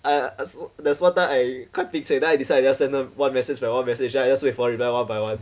I so there's one time I quite pek chek then I decided to just send her one message by one message then I just wait for reply one by one